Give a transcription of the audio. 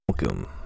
Welcome